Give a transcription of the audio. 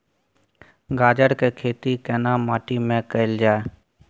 गाजर के खेती केना माटी में कैल जाए?